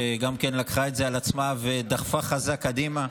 וגם היא לקחה את זה על עצמה ודחפה חזק קדימה.